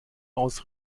aus